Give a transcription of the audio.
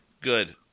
Good